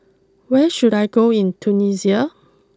where should I go in Tunisia